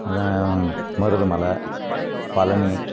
அதுதான் மருதமலை பழனி